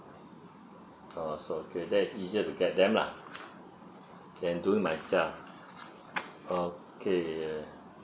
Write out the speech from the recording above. oh so okay that is easier to get them lah then do it myself okay